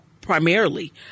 primarily